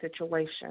situation